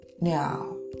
now